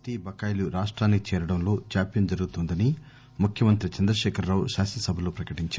T బకాయిలు రాష్టానికి చేరడంలో జాప్యం జరుగుతోందని ముఖ్యమంత్రి చంద్రశేఖర రావు శాసన సభలో ప్రకటించారు